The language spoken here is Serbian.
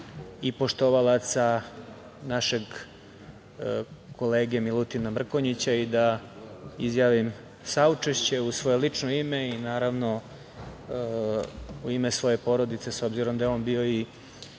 i poštovalaca našeg kolege Milutina Mrkonjića i da izjavim saučešće u svoje u svoje lično ime i, naravno, u ime svoje porodice, s obzirom da je on bio i